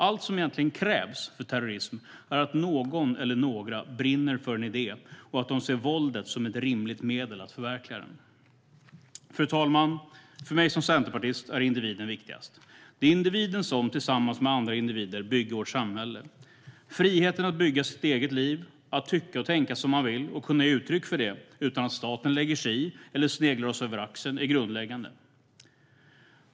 Allt som egentligen krävs för terrorism är att någon eller några brinner för en idé och att de ser våldet som ett rimligt medel att förverkliga den. Fru talman! För mig som centerpartist är individen viktigast. Det är individen som, tillsammans med andra individer, bygger vårt samhälle. Friheten att bygga sitt eget liv, att tycka och tänka som man vill och kunna ge uttryck för det, utan att staten lägger sig i eller sneglar oss över axeln, är grundläggande.